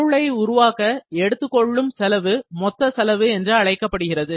பொருளை உருவாக்க எடுத்துக்கொள்ளும் செலவு மொத்த செலவு என்று அழைக்கப்படுகிறது